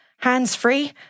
Hands-free